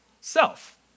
self